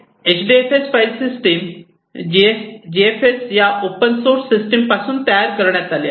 H D F S file system G F S या open source system पासून तयार करण्यात आली आहे